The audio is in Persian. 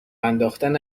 انداختن